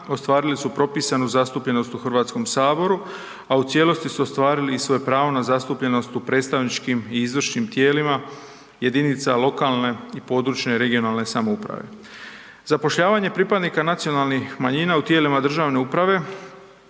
ostvarili su propisanu zastupljenost u Hrvatskom saboru a u cijelosti su ostvarili i svoje pravo na zastupljenost u predstavničkim i izvršnim tijelima jedinica lokalne i područne (regionalne) samouprave. Zapošljavanje pripadnika nacionalnih manjina u tijelima državne uprave,